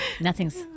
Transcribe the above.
Nothing's